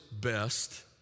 best